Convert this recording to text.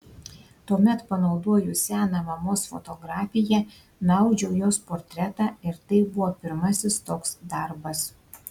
tuomet panaudojus seną mamos fotografiją nuaudžiau jos portretą ir tai buvo pirmasis toks darbas